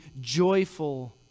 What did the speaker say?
joyful